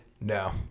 No